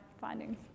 findings